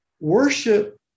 worship